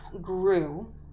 grew